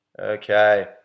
Okay